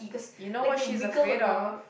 you know what she's afraid of